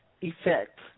Effect